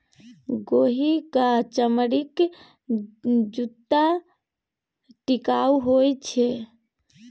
गोहि क चमड़ीक जूत्ता टिकाउ होए छै